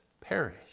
perish